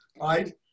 right